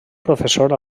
professor